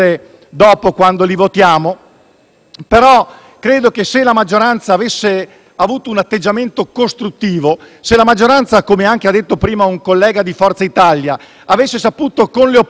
però credo che se la maggioranza avesse avuto un atteggiamento costruttivo e, come ha detto prima un collega di Forza Italia, avesse saputo avere con le opposizioni un rapporto